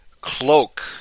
cloak